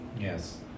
Yes